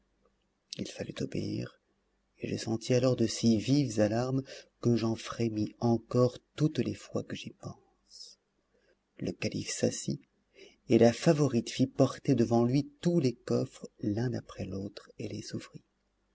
il fallut obéir et je sentis alors de si vives alarmes que j'en frémis encore toutes les fois que j'y pense le calife s'assit et la favorite fit porter devant lui tous les coffres l'un après l'autre et les ouvrit